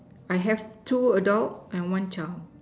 I have two adult and one child